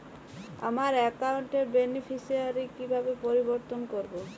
আমার অ্যাকাউন্ট র বেনিফিসিয়ারি কিভাবে পরিবর্তন করবো?